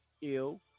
ill